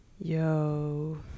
Yo